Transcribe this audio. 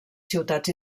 ciutats